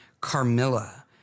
Carmilla